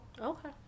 Okay